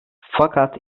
fakat